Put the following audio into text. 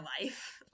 life